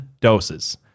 doses